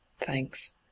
thanks